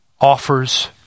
offers